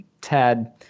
tad